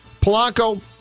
Polanco